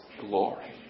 glory